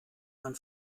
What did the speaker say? man